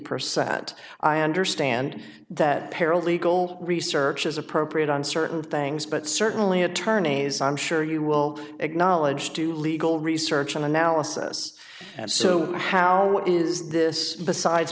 percent i understand that paralegal research is appropriate on certain things but certainly attorneys i'm sure you will acknowledge to legal research and analysis so how is this besides